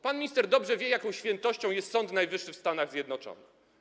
Pan minister dobrze wie, jaką świętością jest Sąd Najwyższy w Stanach Zjednoczonych.